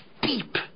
deep